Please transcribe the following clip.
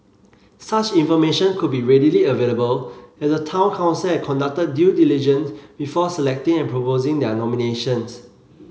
such information could be readily available if the Town Council had conducted due diligence before selecting and proposing their nominations